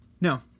no